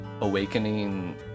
awakening